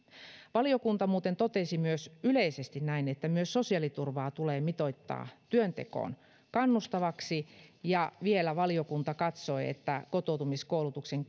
valiokunta muuten totesi myös yleisesti näin että myös sosiaaliturvaa tulee mitoittaa työntekoon kannustavaksi ja valiokunta katsoi vielä että kotoutumiskoulutuksen